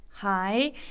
Hi